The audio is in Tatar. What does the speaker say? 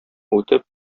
үтеп